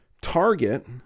Target